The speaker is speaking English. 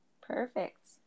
Perfect